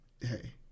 hey